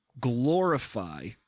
glorify